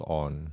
on